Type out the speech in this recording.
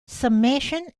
summation